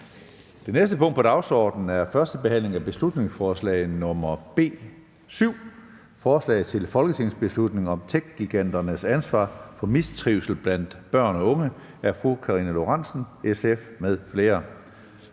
Det næste punkt på dagsordenen er: 3) 1. behandling af beslutningsforslag nr. B 7: Forslag til folketingsbeslutning om techgiganternes ansvar for mistrivsel blandt børn og unge. Af Karina Lorentzen Dehnhardt